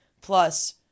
plus